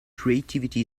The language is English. creativity